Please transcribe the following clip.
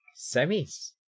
Semis